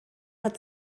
hat